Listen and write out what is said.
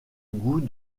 goût